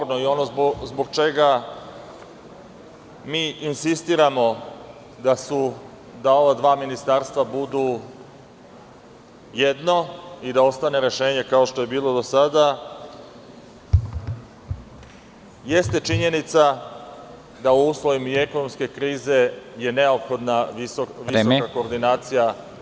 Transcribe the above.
Ono što je sporno i zbog čega mi insistiramo da ova dva ministarstva budu jedno i da ostane rešenje kao što je bilo do sada, jeste činjenica da u uslovima ekonomske krize je neophodna visoka koordinacija…